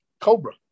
Cobra